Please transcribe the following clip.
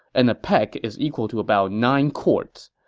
and peck is equal to about nine quarts.